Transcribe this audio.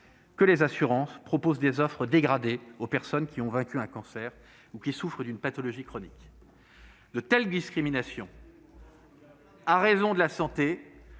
que les assurances proposent des offres dégradées aux personnes qui ont vaincu un cancer ou qui souffrent d'une pathologie chronique. De telles discriminations pour raisons de santé